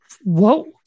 Whoa